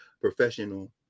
professional